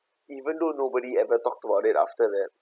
even though nobody ever talked about it after that